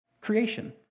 creation